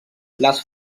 les